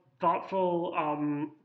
thoughtful